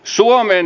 suomen